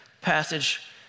passage